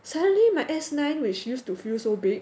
suddenly my s nine which used to feel so big